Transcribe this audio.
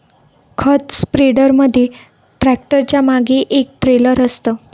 खत स्प्रेडर मध्ये ट्रॅक्टरच्या मागे एक ट्रेलर असतं